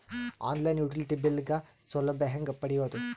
On line utility bill ಗ ಸೌಲಭ್ಯ ಹೇಂಗ ಪಡೆಯೋದು?